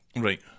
right